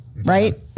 Right